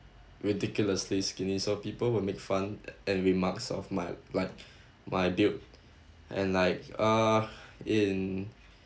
ridiculously skinny so people will make fun and remarks of my like my built and like uh in